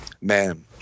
man